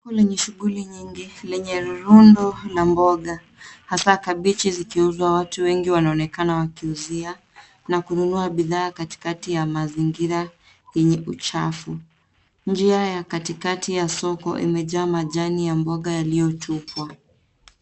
Soko lenye shughuli nyingi lenye rundo la mboga hasaa kabichi zikiuzwa. Watu wengi wanaonekana wakiuzia na kununua bidhaa katikati ya mazingira yenye uchafu. Njia ya katikati ya soko imejaa majani ya mboga yaliyotupwa.